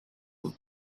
بود